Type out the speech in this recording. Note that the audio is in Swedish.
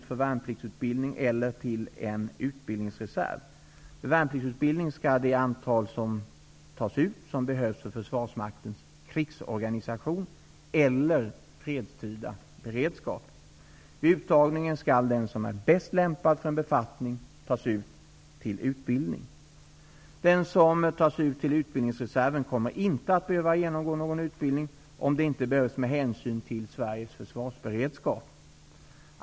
För värnpliktsutbildning skall det antal tas ut som behövs för försvarsmaktens krigsorganisation eller fredstida beredskap. Vid uttagningen skall den som är bäst lämpad för en befattning tas ut till utbildning. Den som tas ut till utbildningsreserven kommer inte att behöva genomgå någon utbildning, om det inte behövs med hänsyn till Sveriges försvarsberedskap.